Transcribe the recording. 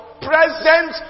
present